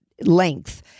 length